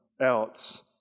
else